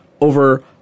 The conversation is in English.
over